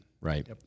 right